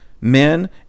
men